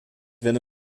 wende